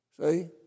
See